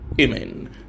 Amen